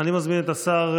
אני מזמין את השר,